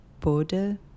border